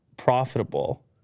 Profitable